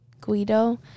Guido